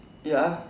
ya